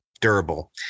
durable